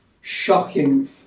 shocking